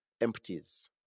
empties